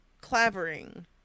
Clavering